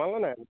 পালে নে নাই